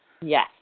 Yes